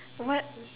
what